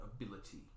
ability